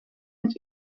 het